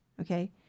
Okay